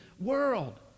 world